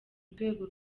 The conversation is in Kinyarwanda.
rwego